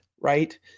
right